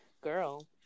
Girl